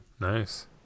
Nice